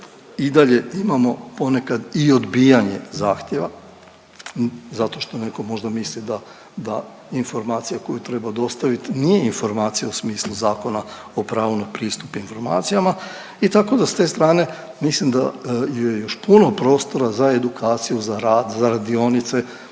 i dalje imamo ponekad i odbijanje zahtjeva, zašto što netko možda misli da, da informacije koju treba dostaviti nije informacija u smislu Zakona o pravu na pristup informacijama i tako da, s te strane, mislim da je još puno prostora za edukaciju, za rad, za radionice,